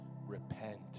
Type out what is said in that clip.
Repent